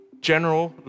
General